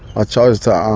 i chose to um